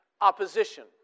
opposition